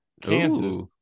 Kansas